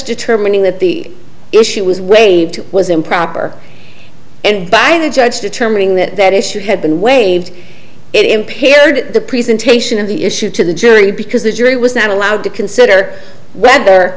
determining that the issue was waived was improper and by the judge determining that that issue had been waived it impaired the presentation of the issue to the jury because the jury was not allowed to consider whether